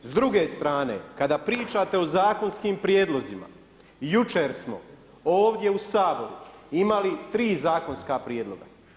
S druge strane, kada pričate o zakonskim prijedlozima, jučer smo ovdje u Saboru imali tri zakonska prijedloga.